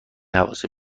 حواسش